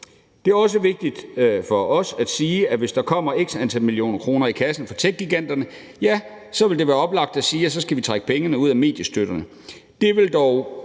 Det er også vigtigt for os at sige, at hvis der kommer x antal millioner kroner i kassen fra techgiganterne, vil det være oplagt, at vi så skal trække pengene ud af mediestøtten.